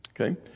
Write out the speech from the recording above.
Okay